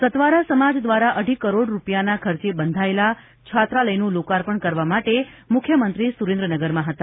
સતવારા સમાજ દ્વારા અઢી કરોડ રૂપિયાના ખર્ચે બંધાયેલા છાત્રાલયનું લોકાર્પણ કરવા માટે મુખ્યમંત્રી સુરેન્દ્રનગરમાં હતા